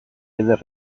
eder